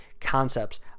concepts